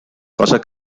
cosa